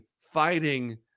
fighting